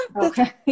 Okay